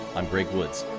i'm greg woods.